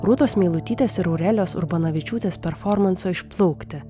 rūtos meilutytės ir aurelijos urbonavičiūtės performanso išplaukti